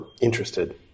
interested